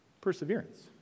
Perseverance